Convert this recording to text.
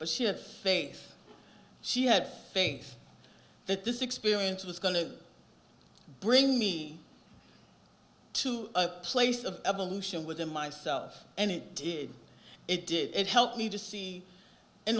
but she had faith she had faith that this experience was going to bring me to a place of evolution within myself and it did a did it help me to see in